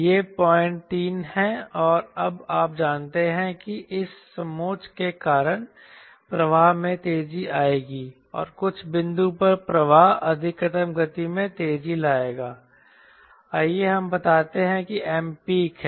यह 03 है और अब आप जानते हैं कि इस समोच्च के कारण प्रवाह में तेजी आएगी और कुछ बिंदु पर प्रवाह अधिकतम गति में तेजी लाएगा आइए हम बताते हैं कि Mpeak है